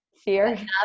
fear